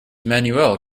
manuel